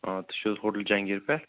آ تُہۍ چھِوٕ حظ ہوٹل جَہانگیٖر پیٚٹھ